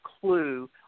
clue